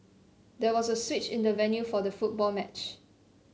there was a switch in the venue for the football match